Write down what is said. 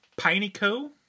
Pineco